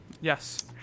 Yes